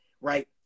Right